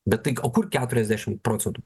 bet tai o kur keturiasdešimt procentų